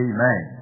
Amen